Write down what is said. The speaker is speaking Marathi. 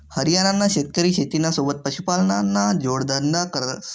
हरियाणाना शेतकरी शेतीना सोबत पशुपालनना जोडधंदा करस